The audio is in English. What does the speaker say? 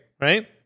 right